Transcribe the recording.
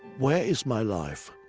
where is my life?